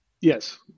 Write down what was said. Yes